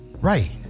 right